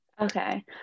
Okay